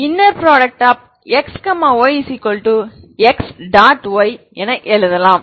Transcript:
Yஎன எழுதலாம்